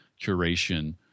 curation